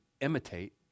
imitate